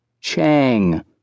Chang